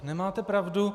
Nemáte pravdu.